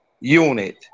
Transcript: unit